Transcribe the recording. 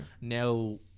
now